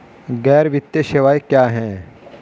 गैर वित्तीय सेवाएं क्या हैं?